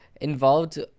involved